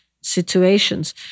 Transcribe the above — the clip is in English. situations